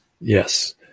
Yes